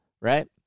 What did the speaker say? right